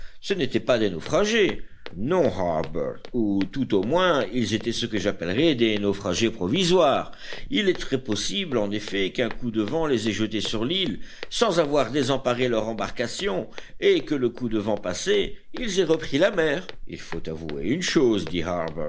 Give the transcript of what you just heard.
ce n'étaient pas des naufragés non harbert ou tout au moins ils étaient ce que j'appellerai des naufragés provisoires il est très possible en effet qu'un coup de vent les ait jetés sur l'île sans avoir désemparé leur embarcation et que le coup de vent passé ils aient repris la mer il faut avouer une chose